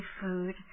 food